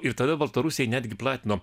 ir tada baltarusiai netgi platino